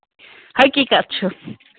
حٔقیٖقت چھُ